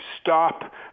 stop